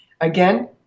again